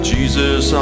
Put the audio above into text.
Jesus